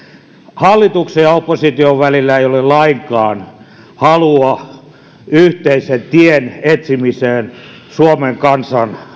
hallituksen ja opposition välillä ei ole lainkaan halua yhteisen tien etsimiseen suomen kansan